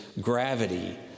gravity